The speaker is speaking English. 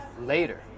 Later